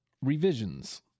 revisions